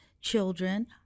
children